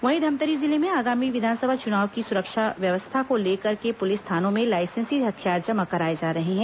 वहीं धमतरी जिले में आगामी विधानसभा चुनाव की सुरक्षा व्यवस्था को लेकर के पुलिस थानों में लाइसेंसी हथियार जमा कराए जा रहे हैं